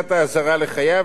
ולא מיום פתיחת התיק.